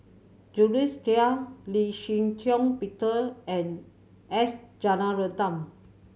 Jules Itier Lee Shih Shiong Peter and S Rajaratnam